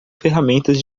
ferramentas